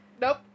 nope